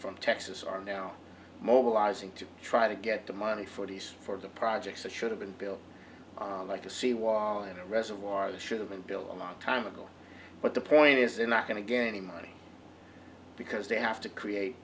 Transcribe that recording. from texas are now mobilizing to try to get the money for these for the projects that should have been built like a seawall in a reservoir the should have been built a long time ago but the point is they're not going to get any money because they have to create